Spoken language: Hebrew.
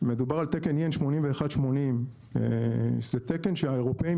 מדובר על תקן EN 81-80 שזה תקן שהאירופאים